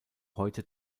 heute